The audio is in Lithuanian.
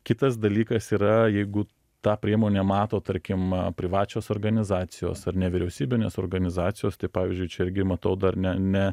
kitas dalykas yra jeigu tą priemonę mato tarkim privačios organizacijos ar nevyriausybinės organizacijos pavyzdžiui čia irgi matau dar ne ne